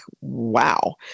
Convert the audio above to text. wow